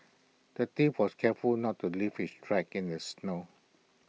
the thief was careful not to leave his tracks in the snow